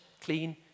clean